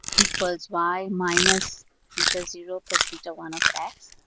equals y minus beta zero plus beta one of x